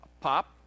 pop